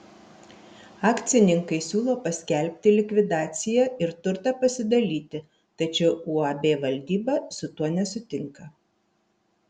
akcininkai siūlo paskelbti likvidaciją ir turtą pasidalyti tačiau uab valdyba su tuo nesutinka